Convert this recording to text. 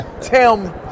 Tim